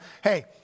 hey